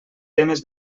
temes